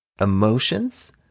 Emotions